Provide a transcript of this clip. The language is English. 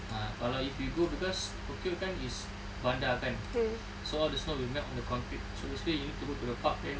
ah kalau you go cause tokyo kan is bandar kan so all the snow will melt in the concrete so basically you need to go to the park then